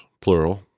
plural